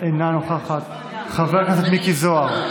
אינה נוכחת, חבר הכנסת מיקי זוהר,